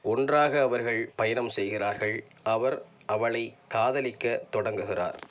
ஒன்றாக அவர்கள் பயணம் செய்கிறார்கள் அவர் அவளை காதலிக்கத் தொடங்குகிறார்